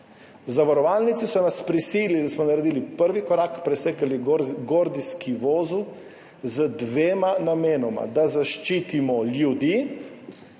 Zavarovalnice so nas prisilile, da smo naredili prvi korak, presekali gordijski vozel z dvema namenoma – da zaščitimo ljudi,